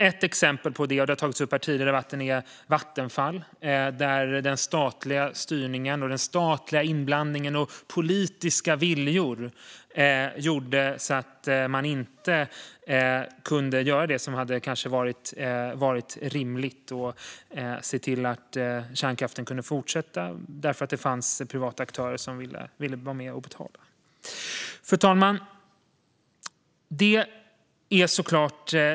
Ett exempel som har tagits upp här tidigare i debatten är Vattenfall, där den statliga styrningen, den statliga inblandningen och politiska viljor gjorde att man inte kunde göra det som kanske hade varit rimligt, att se till att kärnkraften kunde fortsätta då det fanns privata aktörer som ville vara med och betala. Fru talman!